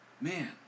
Man